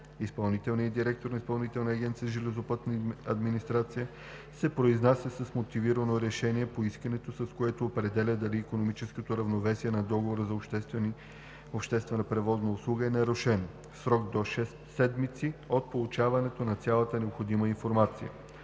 Изпълнителният директор на Изпълнителна агенция „Железопътна администрация“ се произнася с мотивирано решение по искането, с което определя дали икономическото равновесие на договора за обществена превозна услуга е нарушено, в срок до шест седмици от получаването на цялата необходима информация.